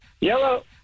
Yellow